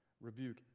rebuke